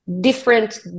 different